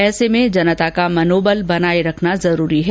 ऐसे में जनता का मनोबल बनाए रखना जरूरी है